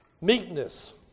meekness